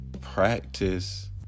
Practice